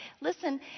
listen